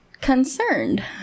concerned